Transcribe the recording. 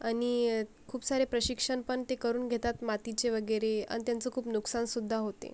आणि खूप सारे प्रशिक्षण पण ते करून घेतात मातीचे वगैरे आणि त्यांचं खूप नुकसानसुद्धा होते